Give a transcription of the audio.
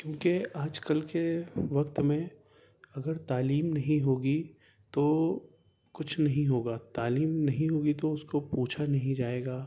کیوں کہ آج کل کے وقت میں اگر تعلیم نہیں ہوگی تو کچھ نہیں ہوگا تعلیم نہیں ہوگی تو اس کو پوچھا نہیں جائے گا